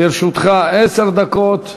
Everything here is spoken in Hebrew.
לרשותך עשר דקות.